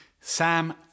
Sam